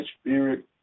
spirit